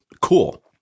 cool